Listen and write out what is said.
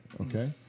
okay